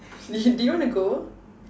do do you wanna go